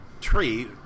tree